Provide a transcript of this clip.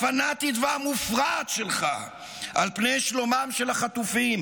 הפנאטית והמופרעת שלך על פני שלומם של החטופים,